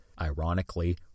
Ironically